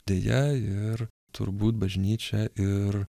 deja ir turbūt bažnyčia ir